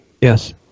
Yes